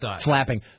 flapping